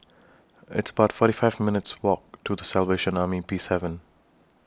It's about forty five minutes' Walk to The Salvation Army Peacehaven